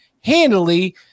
handily